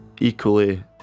Equally